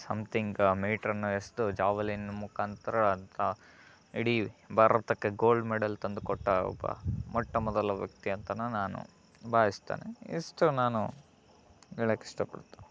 something ಮೀಟ್ರನ್ನು ಎಸೆದು javelin ಮುಖಾಂತರ ಅಂತ ಇಡೀ ಭಾರತಕ್ಕೆ ಗೋಲ್ಡ್ ಮೆಡಲ್ ತಂದುಕೊಟ್ಟ ಒಬ್ಬ ಮೊಟ್ಟಮೊದಲ ವ್ಯಕ್ತಿ ಅಂತನೂ ನಾನು ಭಾವಿಸ್ತೇನೆ ಇಷ್ಟು ನಾನು ಹೇಳಕ್ಕೆ ಇಷ್ಟಪಡ್ತೇನೆ